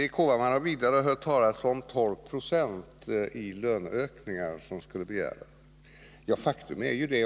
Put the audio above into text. Vidare har Erik Hovhammar hört talas om att det skulle begäras 12 90 löneökningar.